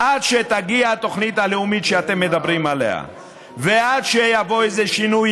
עד שתגיע התוכנית הלאומית שאתם מדברים עליה ועד שיבוא איזה שינוי,